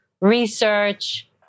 research